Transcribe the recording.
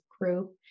group